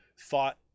thought